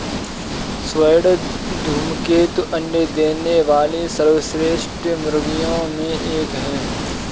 स्वर्ण धूमकेतु अंडे देने वाली सर्वश्रेष्ठ मुर्गियों में एक है